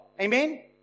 Amen